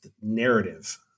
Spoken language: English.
narrative